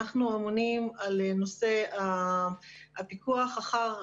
אנחנו אמונים על נושא הפיקוח אחר